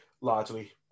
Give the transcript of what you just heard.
largely